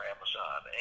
Amazon